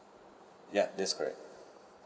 ya that's correct